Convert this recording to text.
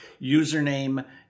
username